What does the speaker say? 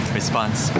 response